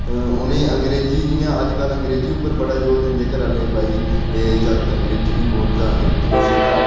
उ'नें ई अंग्रेजी जि'यां अजकल अंग्रेजी उप्पर बड़ा जोर दिंदे घरैआह्ले भाई एह् जागत अंग्रेजी निं बोलदा अंग्रेजी निं सिखदा